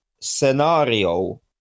scenario